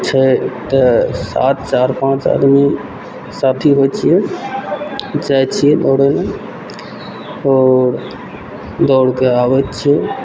छै तऽ साथ चारि पॉँच आदमी साथी होइ छियै जाइ छियै दौड़य लए आओर दौड़कऽ आबैत छियै